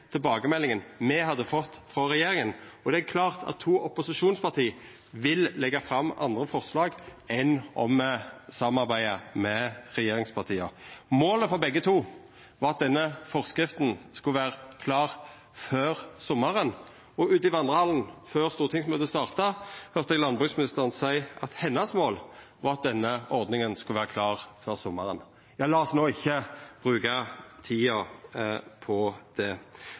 me hadde fått frå regjeringa. Det er klart at to opposisjonsparti vil leggja fram andre forslag enn om ein samarbeider med regjeringspartia. Målet for begge to var at denne forskrifta skulle vera klar før sommaren. Ute i vandrehallen, før stortingsmøtet starta, høyrde eg landbruksministeren seia at målet hennar var at denne ordninga skulle vera klar før sommaren. Men la oss no ikkje bruka tida på det.